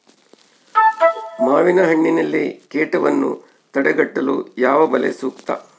ಮಾವಿನಹಣ್ಣಿನಲ್ಲಿ ಕೇಟವನ್ನು ತಡೆಗಟ್ಟಲು ಯಾವ ಬಲೆ ಸೂಕ್ತ?